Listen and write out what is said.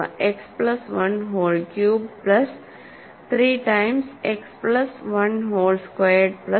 X plus 1 whole cubed plus 3 times x plus 1 whole squared plus 2